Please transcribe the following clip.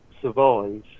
survive